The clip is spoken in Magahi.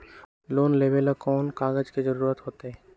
लोन लेवेला कौन कौन कागज के जरूरत होतई?